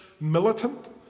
militant